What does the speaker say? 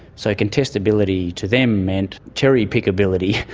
so contestability to them meant cherry-pickability,